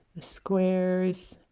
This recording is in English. the squares